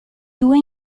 due